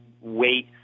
wait